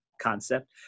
concept